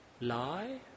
lie